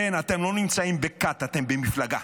כן, אתם נמצאים בכת, אתם במפלגה.